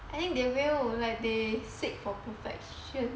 I think they will like they seek for perfection